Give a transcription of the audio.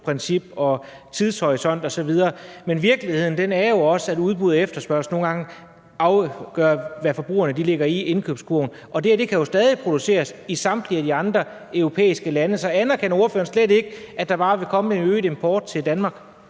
og tidshorisont osv., men virkeligheden er jo også, at udbud og efterspørgsel nogle gange afgør, hvad forbrugerne lægger i indkøbskurven. Det her kan jo stadig produceres i samtlige af de andre europæiske lande. Så anerkender ordføreren slet ikke, at der bare vil komme en øget import til Danmark?